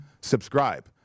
subscribe